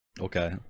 Okay